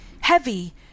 heavy